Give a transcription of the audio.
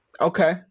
Okay